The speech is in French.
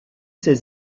ses